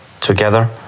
Together